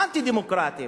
האנטי-דמוקרטיים,